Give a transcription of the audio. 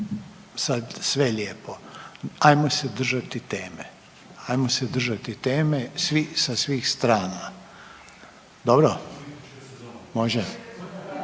sad sve lijepo hajmo se držati teme sa svih strana. Dobro? Može?